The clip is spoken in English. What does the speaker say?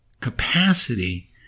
capacity